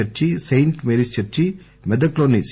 church saint Mary church Medak లోని C